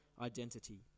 identity